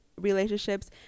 relationships